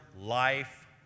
life